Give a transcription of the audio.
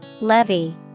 Levy